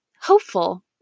hopeful